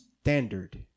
standard